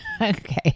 Okay